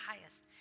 highest